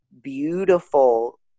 beautiful